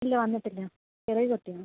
ഇല്ല വന്നിട്ടില്ല ചെറിയ കുട്ടിയാണ്